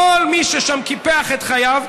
כל מי ששם קיפח את חייו,